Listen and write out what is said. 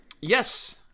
Yes